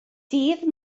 dydd